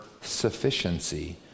sufficiency